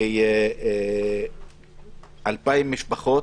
כ-2,000 משפחות.